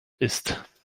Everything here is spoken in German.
ist